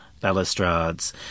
balustrades